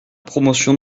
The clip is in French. promotion